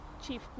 Chief